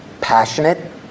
passionate